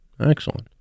Excellent